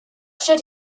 should